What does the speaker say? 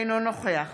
אינו נוכח